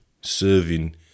serving